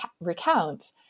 recount